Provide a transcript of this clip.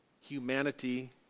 humanity